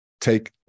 take